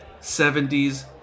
70s